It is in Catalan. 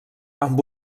amb